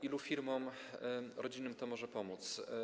Ilu firmom rodzinnym to może pomóc?